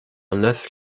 neuf